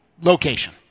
location